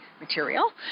material